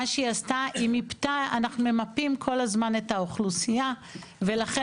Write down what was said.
אנחנו ממפים כל הזמן את האוכלוסייה ולכן